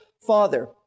father